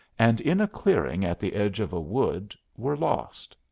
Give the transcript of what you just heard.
and in a clearing at the edge of a wood, were lost.